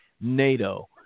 NATO